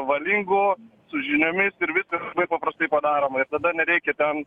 valingų su žiniomis ir viskas labai paprastai padaroma ir tada nereikia ten